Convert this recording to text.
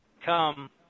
come